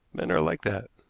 men are like that.